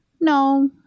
No